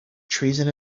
treason